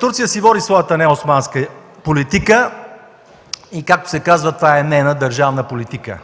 Турция си води своята неосманска политика и, както се казва, това е нейна държавна политика,